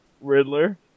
Riddler